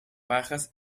bajas